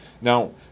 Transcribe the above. Now